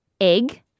Egg